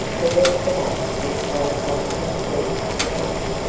the rest of us will find something to entertain us.